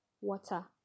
Water